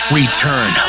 return